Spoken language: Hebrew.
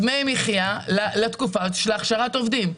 דמי מחייה לתקופה הזאת של הכשרת עובדים.